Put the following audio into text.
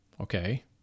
okay